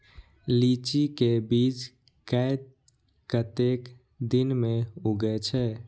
लीची के बीज कै कतेक दिन में उगे छल?